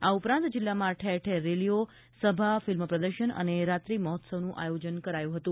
આ ઉપરાંત જિલ્લામાં ઠેર ઠેર રેલીઓ સભા ફિલ્મ પ્રદર્શન અને રાત્રિ મહોત્સવનું આયોજન કરાયું હતું